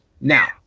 Now